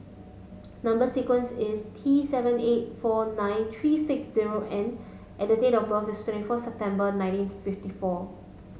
number sequence is T seven eight four nine three six zero N and the date of birth is twenty four September nineteen fifty four